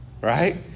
Right